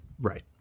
right